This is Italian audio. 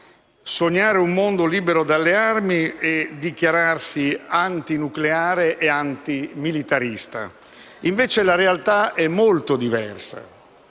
sognare un mondo libero dalle armi e dichiararsi antinucleare e antimilitarista. Invece, la realtà è molto diversa.